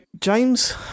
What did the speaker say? James